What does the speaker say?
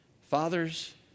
father's